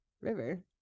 river